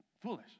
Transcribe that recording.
foolish